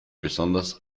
besonders